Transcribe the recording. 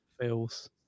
feels